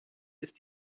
ist